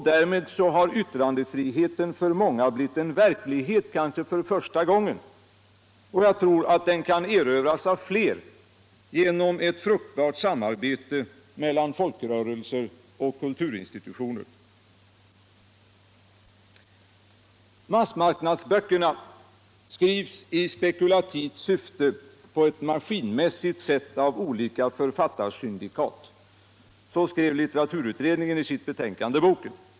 Därmed har yttrandefriheten för många blivit en verklighet - kanske för första gången — och jag tror att den kan crövras av fler genom ctt fruktbart samarbete mellan folkrörelser och kulturinstitutioner. Massmarknadsböckerna ”skrivs i spekulativt syfte på ett maskinmässigt sätt av olika författarsyndikat”, skrev liuteraturutredningen i sitt be tänkande Boken.